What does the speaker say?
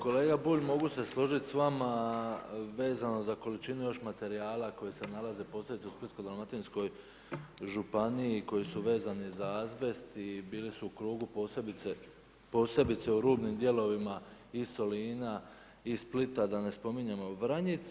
Kolega Bulj, mogu se složiti s vama vezano za količinu još materijala koji se nalaze posebice u Splitsko-dalmatinskoj županiji, koji su vezani za azbest i bili su u krugu posebice u rubnim dijelovima i Solina i Splita, da ne spominjemo Vranjic.